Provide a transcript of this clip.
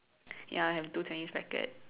ya I have two tennis racket